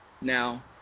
now